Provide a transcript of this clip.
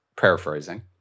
paraphrasing